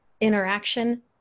interaction